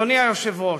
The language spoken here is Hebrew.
אדוני היושב-ראש,